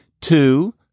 two